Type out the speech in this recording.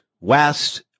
West